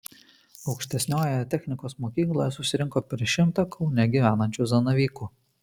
aukštesniojoje technikos mokykloje susirinko per šimtą kaune gyvenančių zanavykų